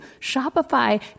Shopify